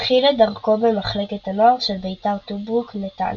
התחיל את דרכו במחלקת הנוער של בית"ר טוברוק נתניה.